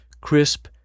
crisp